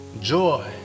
Joy